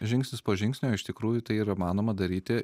žingsnis po žingsnio iš tikrųjų tai yra manoma daryti